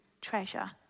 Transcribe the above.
treasure